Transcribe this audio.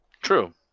True